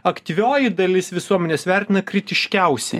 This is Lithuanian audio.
aktyvioji dalis visuomenės vertina kritiškiausi